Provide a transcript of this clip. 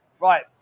right